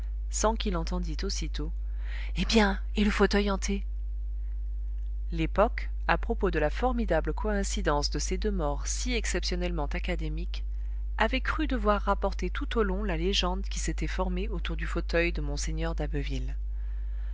sans qu'il entendît aussitôt eh bien et le fauteuil hanté l'époque à propos de la formidable coïncidence de ces deux morts si exceptionnellement académiques avait cru devoir rapporter tout au long la légende qui s'était formée autour du fauteuil de mgr d'abbeville